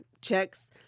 checks